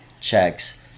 checks